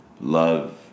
love